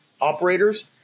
operators